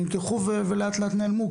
נלקחו ולאט לאט נעלמו.